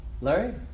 Larry